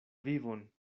vivon